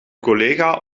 collega